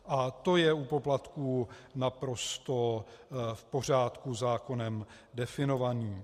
A to je u poplatků naprosto v pořádku zákonem definované.